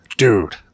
Dude